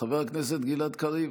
חבר הכנסת גלעד קריב,